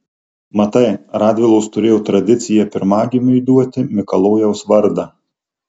matai radvilos turėjo tradiciją pirmagimiui duoti mikalojaus vardą